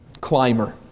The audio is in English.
climber